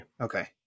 Okay